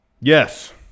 Yes